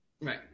right